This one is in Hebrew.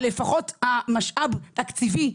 לפחות משאב תקציבי.